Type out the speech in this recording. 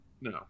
No